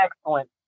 excellent